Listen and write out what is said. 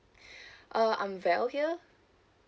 uh I'm bell here